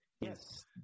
Yes